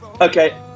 Okay